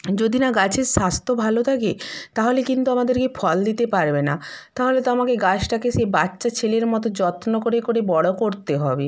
যদি না গাছের স্বাস্ত্য ভালো থাকে তাহলে কিন্তু আমাদেরকে ফল দিতে পারবে না তাহলে তো আমাকে গাছটাকে সে বাচ্চা ছেলের মতো যত্ন করে করে বড়ো করতে হবে